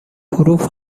حروف